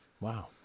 wow